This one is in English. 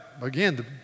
again